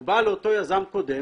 הוא בא לאותו יזם קודם